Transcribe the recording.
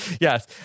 Yes